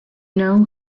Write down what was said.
know